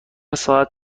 ساعت